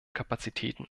kapazitäten